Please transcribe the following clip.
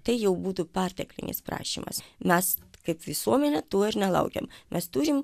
tai jau būtų perteklinis prašymas mes kaip visuomenė tuo ir nelaukėm mes turim